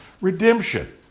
Redemption